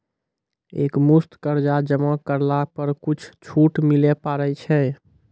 एक मुस्त कर्जा जमा करला पर कुछ छुट मिले पारे छै?